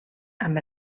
amb